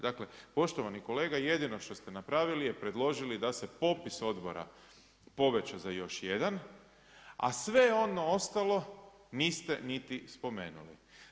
Dakle, poštovani kolega jedino što ste napravili je predložili da se popis odbora poveća za još jedan a sve ono ostalo niste niti spomenuli.